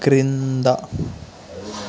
క్రింద